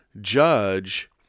judge